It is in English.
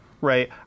right